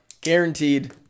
Guaranteed